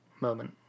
moment